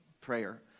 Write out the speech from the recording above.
prayer